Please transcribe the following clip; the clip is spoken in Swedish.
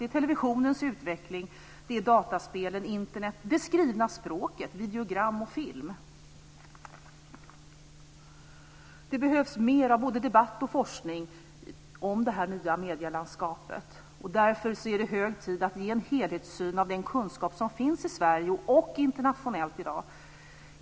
Det är televisionens utveckling, dataspelen, Internet, det skrivna språket, videogram och film. Det behövs mer av både debatt och forskning om det nya medielandskapet. Därför är det hög tid att ge en helhetssyn av den kunskap som finns i Sverige och internationellt i dag.